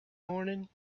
morning